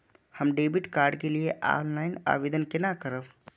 हम debit card के लिए ऑनलाइन आवेदन केना करब?